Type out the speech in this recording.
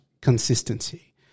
consistency